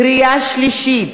בקריאה שלישית.